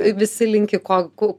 visi linki ko ko